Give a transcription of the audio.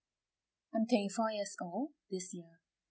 I'm twenty four years old this year